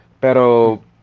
Pero